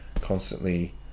constantly